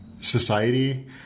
society